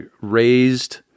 Raised